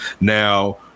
Now